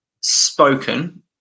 spoken